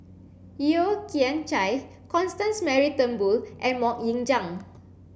Yeo Kian Chai Constance Mary Turnbull and Mok Ying Jang